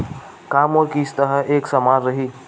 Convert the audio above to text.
का मोर किस्त ह एक समान रही?